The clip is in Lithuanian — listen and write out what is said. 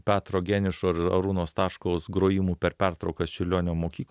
petro geniušo ir arūno staškaus grojimų per pertraukas čiurlionio mokyk